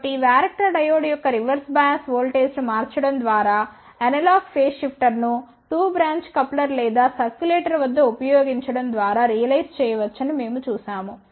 కాబట్టి varactor diode యొక్క reverse bias ఓల్టేజ్ను మార్చడం ద్వారా అనలాగ్ ఫేజ్ షిఫ్టర్ను 2 బ్రాంచ్ కప్లర్ లేదా సర్క్యులేటర్ వద్ద ఉపయోగించడం ద్వారా రియలైజ్ చేయవచ్చని మేము చూశాము